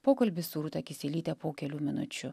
pokalbis su rūta kisielyte po kelių minučių